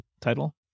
title